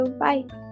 bye